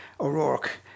O'Rourke